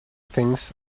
things